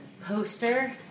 poster